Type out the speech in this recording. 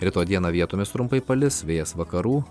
rytoj dieną vietomis trumpai palis vėjas vakarų